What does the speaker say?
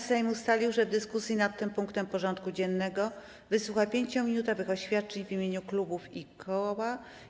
Sejm ustalił, że dyskusji nad tym punktem porządku dziennego wysłucha 5-minutowych oświadczeń w imieniu klubów i koła.